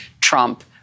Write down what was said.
Trump